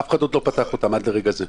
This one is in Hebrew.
אף אחד עוד לא פתח אותן עד לרגע זה.